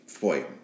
Boy